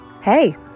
Hey